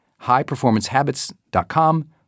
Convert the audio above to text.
highperformancehabits.com